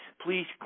please